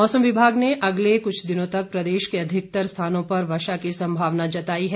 मौसम विभाग ने अगले कुछ दिनों तक प्रदेश के अधिकतर स्थानों में वर्षा की संभावना जताई है